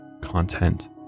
content